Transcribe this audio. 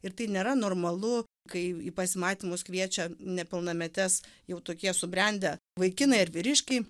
ir tai nėra normalu kai į pasimatymus kviečia nepilnametes jau tokie subrendę vaikinai ar vyriškiai